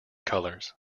colours